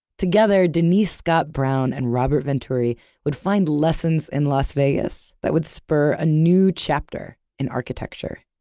together denise scott brown and robert venturi would find lessons in las vegas that would spur a new chapter in architecture